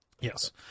Yes